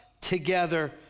together